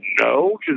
no